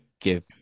give